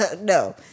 No